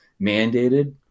mandated